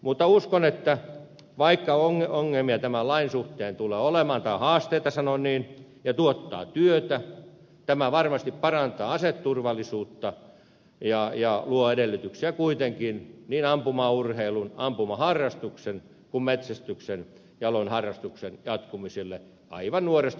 mutta uskon että vaikka tämän lain suhteen tulee olemaan ongelmia tai haasteita sanon niin jotka tuottavat työtä tämä varmasti parantaa aseturvallisuutta ja luo edellytyksiä kuitenkin niin ampumaurheilun ampumaharrastuksen kuin metsästyksen jalon harrastuksen jatkumiselle aivan nuoresta pitäen